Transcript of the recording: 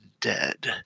dead